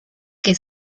que